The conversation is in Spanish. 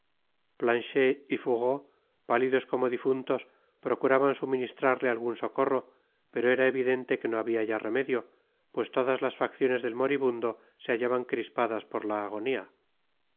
planchet y pourreau pálidos como difuntos procuraban suministrarle algun socorro pero era evidente que no habia ya remedio pues todas las facciones del moribundo se hallaban crispadas por la agonia